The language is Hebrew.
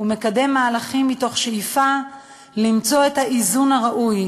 ומקדם מהלכים מתוך שאיפה למצוא את האיזון הראוי